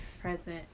present